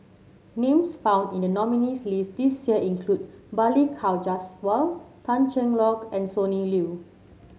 names found in the nominees' list this year include Balli Kaur Jaswal Tan Cheng Lock and Sonny Liew